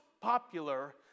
popular